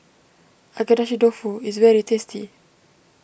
Agedashi Dofu is very tasty